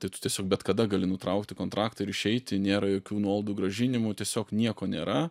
tai tu tiesiog bet kada gali nutraukti kontraktą ir išeiti nėra jokių nuolaidų grąžinimų tiesiog nieko nėra